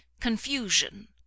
confusion